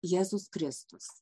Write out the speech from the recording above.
jėzus kristus